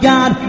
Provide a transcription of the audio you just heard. God